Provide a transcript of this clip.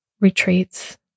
retreats